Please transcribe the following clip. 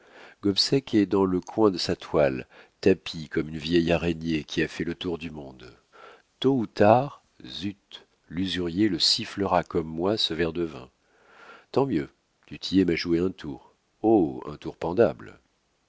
gobseck est dans le coin de sa toile tapi comme une vieille araignée qui a fait le tour du monde tôt ou tard zut l'usurier le sifflera comme moi ce verre de vin tant mieux du tillet m'a joué un tour oh un tour